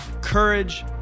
courage